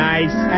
Nice